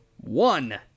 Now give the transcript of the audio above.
one